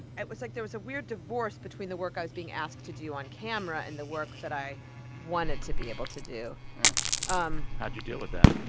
it was like there was a weird divorce between the work i was being asked to do on camera and the work that i wanted to be able to do um how did you deal with that?